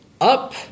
up